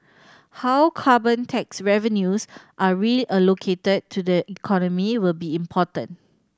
how carbon tax revenues are reallocated to the economy will be important